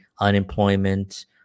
unemployment